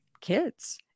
kids